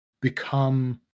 become